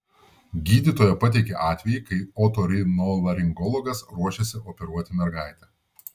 gydytoja pateikė atvejį kai otorinolaringologas ruošėsi operuoti mergaitę